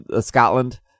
Scotland